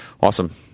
Awesome